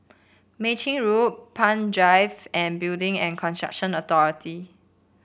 Mei Chin Road Palm Drive and Building and Construction Authority